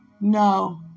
No